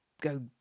go